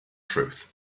truth